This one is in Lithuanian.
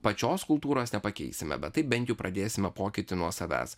pačios kultūros nepakeisime bet taip bent jų pradėsime pokyti nuo savęs